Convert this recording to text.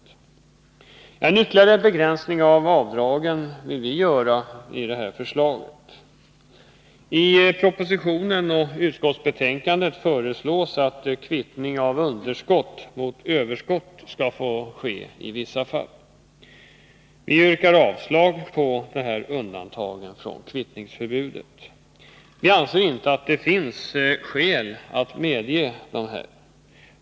Vi vill göra ytterligare en begränsning av avdragen i förhållande till det föreliggande förslaget. I propositionen och utskottets betänkande föreslås att kvittning av underskott mot överskott skall få ske i vissa fall. Vpk yrkar avslag på dessa undantag från kvittningsförbudet. Vi anser inte att det finns skäl att medge sådana.